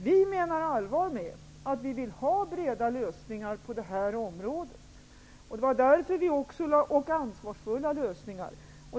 Vi menar allvar med att vi vill ha breda och ansvarsfulla lösningar på detta område.